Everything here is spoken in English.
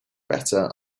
better